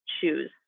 choose